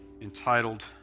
entitled